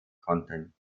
konnten